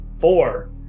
Four